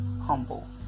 humble